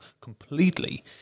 completely